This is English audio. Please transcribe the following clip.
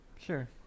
Sure